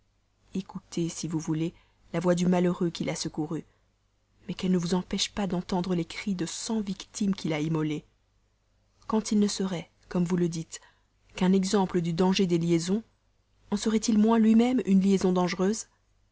ecoutez si vous voulez la voix du malheureux qu'il a secouru mais qu'elle ne vous empêche pas d'entendre les cris de cent victimes qu'il a immolées quand il ne serait comme vous le dites qu'un exemple du danger des liaisons en serait-il moins lui-même une liaison dangereuse